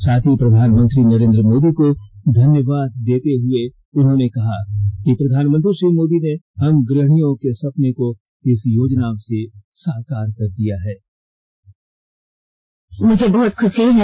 साथ ही प्रधानमंत्री नरेन्द्र मोदी को धन्यवाद देते हुए उन्होंने कहा की प्रधानमंत्री श्री मोदी ने हम गृहणियों के सपने को इस योजना से साकार कर दिया है